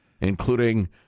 including